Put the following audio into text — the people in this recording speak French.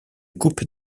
coupe